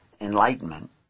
enlightenment